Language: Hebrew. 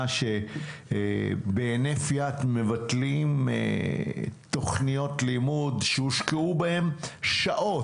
שבהינף יד מבטלים תוכניות לימוד שהושקעו בהן שעות,